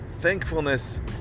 thankfulness